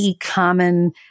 common